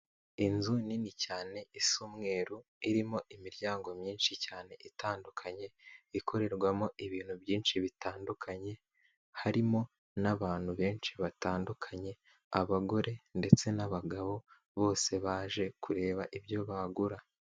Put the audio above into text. Inzu nini cyane isa umweru, irimo imiryango myinshi cyane itandukanye, ikorerwamo ibintu byinshi bitandukanye, harimo n'abantu benshi batandukanye; abagore ndetse n'abagabo bose baje kureba ibyo bagura.